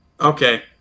Okay